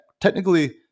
Technically